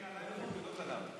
נראה לי שאין נעליים שגדולות עליו,